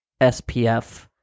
SPF